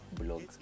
blog